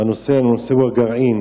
והנושא הוא הנושא של הגרעין.